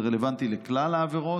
זה רלוונטי לכלל העבירות,